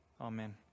Amen